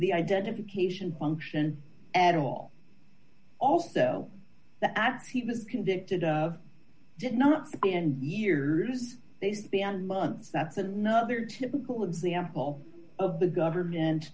the identification function at all also that he was convicted of did not and years beyond months that's another typical example of the government